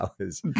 hours